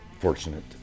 fortunate